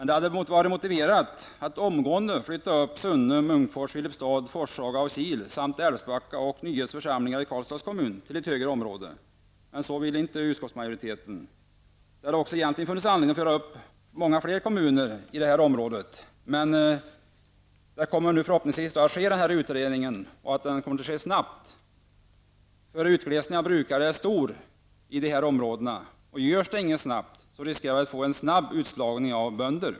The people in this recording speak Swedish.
Det hade dock varit motiverat att omgående flytta upp Sunne, Munkfors, Filipstad, Forshaga och Kil samt Älvbacka och Nyeds församlingar i Karlstads kommun till ett högre stödområde. Men det vill utskottsmajoriteten inte göra. Det hade egentligen funnits anledning att föra upp många fler kommuner i detta område, och det kommer förhoppningsvis att ske genom denna utredning och ske snabbt. Utglesningen av brukare är stor i dessa områden. Görs det ingenting snart, riskerar vi att få en snabb utslagning av bönder.